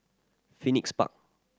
Phoenix Park